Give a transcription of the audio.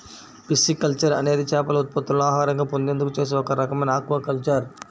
pisciculture అనేది చేపల ఉత్పత్తులను ఆహారంగా పొందేందుకు చేసే ఒక రకమైన ఆక్వాకల్చర్